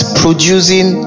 producing